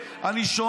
אתה לא רואה,